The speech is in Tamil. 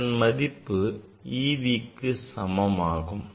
அதன் மதிப்பு evக்கு சமமாகும்